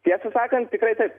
tiesą sakant tikrai taip